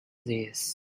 these